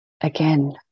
again